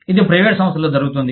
ఇది ప్రైవేట్ సంస్థలలో జరుగుతుంది